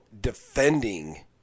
defending